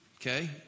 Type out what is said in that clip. okay